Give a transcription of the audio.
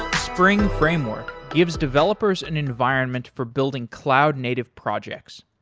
spring framework gives developers an environment for building cloud-native projects.